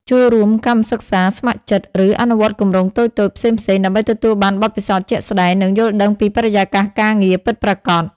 ចូលរួម កម្មសិក្សា ស្ម័គ្រចិត្ត ឬអនុវត្តគម្រោងតូចៗ ផ្សេងៗ ដើម្បីទទួលបាន បទពិសោធន៍ជាក់ស្តែង និងយល់ដឹងពីបរិយាកាសការងារពិតប្រាកដ។